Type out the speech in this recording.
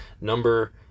Number